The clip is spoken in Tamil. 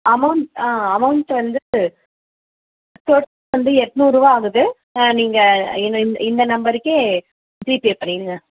அமௌண்ட் அமௌண்ட் வந்து டோட்டல் வந்து எட்ணூறுரூபா ஆகுது நீங்கள் இந்த இந்த நம்பருக்கே ஜீபே பண்ணிடுங்க